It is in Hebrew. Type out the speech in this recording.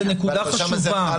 זו נקודה חשובה,